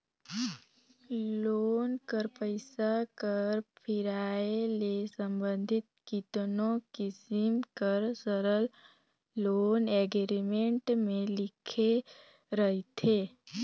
loan कर पइसा कर फिराए ले संबंधित केतनो किसिम कर सरल लोन एग्रीमेंट में लिखाए रहथे